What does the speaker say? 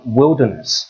wilderness